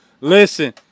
listen